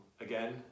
again